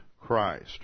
Christ